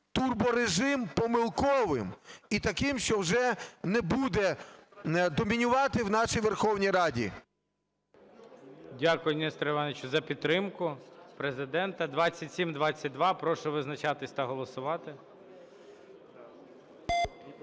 турборежим помилковим і таким, що вже не буде домінувати в нашій Верховній Раді. ГОЛОВУЮЧИЙ. Дякую, Нестор Іванович, за підтримку Президента. 2722. Прошу визначатись та голосувати. Я